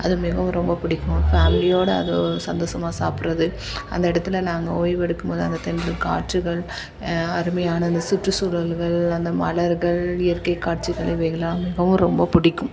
அது மிகவும் ரொம்ப பிடிக்கும் ஃபேமிலியோடு அது சந்தோஷமா சாப்பிட்றது அந்த இடத்துல நாங்கள் ஓய்வெடுக்கும் போது அந்த தென்றல் காற்றுகள் அருமையான அந்த சுற்றுச்சூழல்கள் அந்த மலர்கள் இயற்கை காட்சிகள் இவைகளெலாம் மிகவும் ரொம்ப பிடிக்கும்